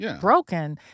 broken